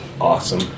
awesome